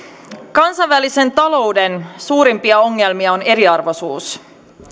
kansainvälisen talouden suurimpia ongelmia on eriarvoisuus